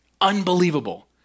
Unbelievable